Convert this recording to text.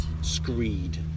Screed